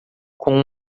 com